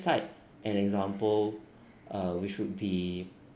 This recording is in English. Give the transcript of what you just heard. cite an example uh which would be